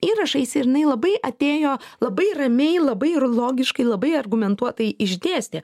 įrašais ir jinai labai atėjo labai ramiai labai ir logiškai labai argumentuotai išdėstė